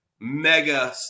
mega